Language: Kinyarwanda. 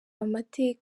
n’ibigwi